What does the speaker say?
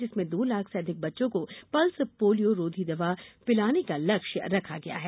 जिसमें दो लाख से अधिक बच्चों को पल्स पोलियो रोधी दवा पिलाने का लक्ष्य रखा गया है